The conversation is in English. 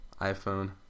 iPhone